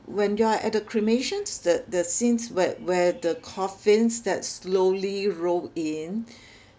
when you are at the cremations the the scenes where where the coffins that slowly roll in